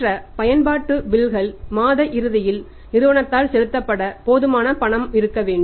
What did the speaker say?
மற்ற பயன்பாட்டு பில்கள் மாத இறுதியில் நிறுவனத்தால் செலுத்தப்பட போதுமான பணம் இருக்க வேண்டும்